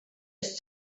ist